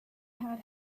had